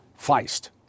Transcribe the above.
Feist